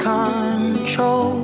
control